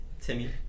Timmy